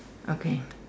okay